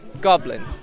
goblin